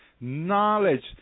Knowledge